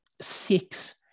six